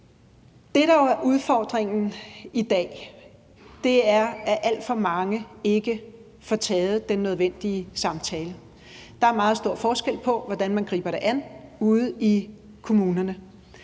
Det, der jo er udfordringen i dag, er, at alt for mange ikke får taget den nødvendige samtale. Der er meget stor forskel på, hvordan man griber det an ude i kommunerne.